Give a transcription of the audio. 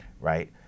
Right